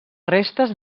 restes